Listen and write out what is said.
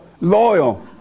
Loyal